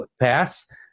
pass